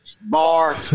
bar